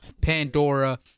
Pandora